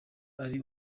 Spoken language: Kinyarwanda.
ari